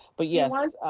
but yes,